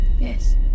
Yes